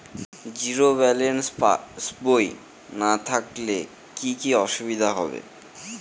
Zero balance পাসবই না থাকলে কি কী অসুবিধা হবে?